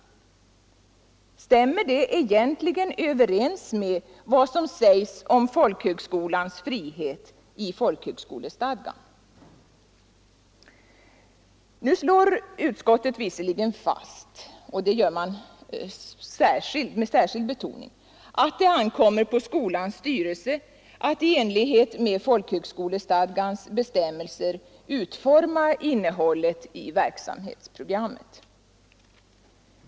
Stämmer det egentligen överens med vad som sägs i folkhögskolestadgan om folkhögskolans frihet? Nu slår utskottet visserligen särskilt fast att det ankommer på skolans styrelse att i enlighet med folkhögskolestadgans bestämmelser utforma innehållet i verksamhetsprogrammet.